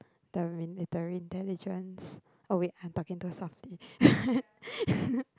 the re~ the intelligence oh wait I'm talking too soft